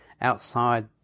outside